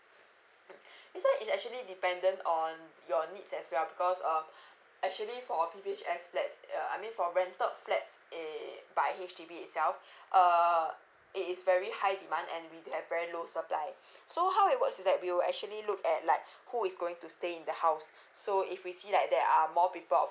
mm this one is actually dependent on your needs as well because um actually for P_P_H_S flats uh I mean for rental flats it by H_D_B itself uh it is very high demand and we do have very low supply so how it works is that we will actually look at like who is going to stay in the house so if we see like there are more people of